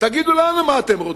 תגידו לנו מה אתם רוצים.